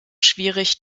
schwierig